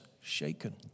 shaken